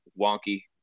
wonky